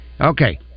okay